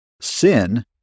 Sin